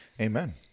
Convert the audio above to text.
Amen